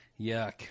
Yuck